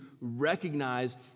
recognize